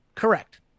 Correct